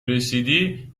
رسیدی